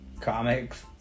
comics